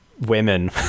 women